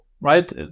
right